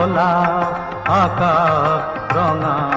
and da ah da da